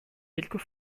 quelques